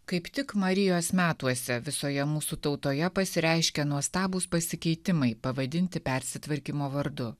kaip tik marijos metuose visoje mūsų tautoje pasireiškia nuostabūs pasikeitimai pavadinti persitvarkymo vardu